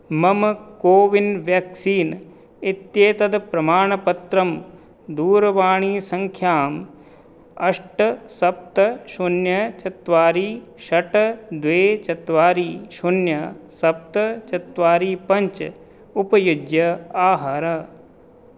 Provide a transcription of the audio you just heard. मम CoWIN vaccine इत्येतद् प्रमाणपत्रं दूरवाणीसङ्ख्याम् अष्ट सप्त शून्यं चत्वारि षट् द्वे चत्वारि शून्यं सप्त चत्वारि पञ्च उपयुज्य आहर